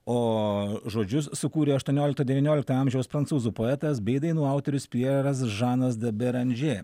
o žodžius sukūrė aštuoniolikto devyniolikto amžiaus prancūzų poetas bei dainų autorius pjeras žanas da beranžė